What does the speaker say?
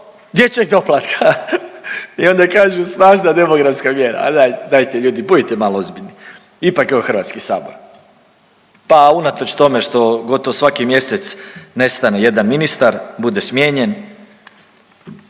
dječjeg doplatka i onda kažu snažna demografska mjera, a dajte, dajte ljudi budite malo ozbiljni, ipak je ovo Hrvatski sabor. Pa unatoč tome što gotovo svaki mjesec nestane jedan ministar, bude smijenjen,